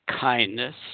kindness